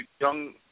young